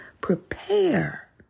prepare